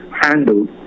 handled